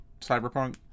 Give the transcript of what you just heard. Cyberpunk